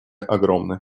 огромны